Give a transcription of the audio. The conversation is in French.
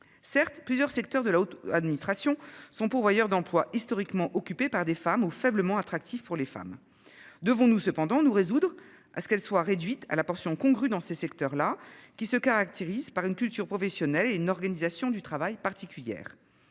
Certes, plusieurs secteurs de la haute administration sont pourvoyeur d'emplois historiquement occupés par des femmes aux faiblement attractif pour les femmes. Devons-nous cependant nous résoudre à ce qu'elle soit réduite à la portion congrue dans ces secteurs là, qui se caractérise par une culture professionnelle et une organisation du travail particulière.